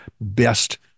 best